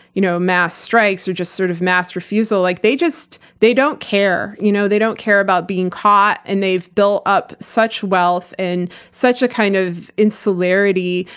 you know, mass strikes, or just sort of mass refusal, like they just, they don't care. you know they don't care about being caught, and they've built up such wealth in such ah kind of insularity,